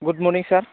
good morning sir